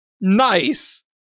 Nice